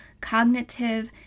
cognitive